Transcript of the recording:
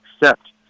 accept